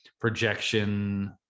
projection